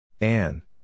Anne